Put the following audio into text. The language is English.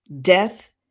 death